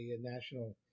national